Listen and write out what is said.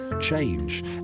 change